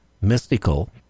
mystical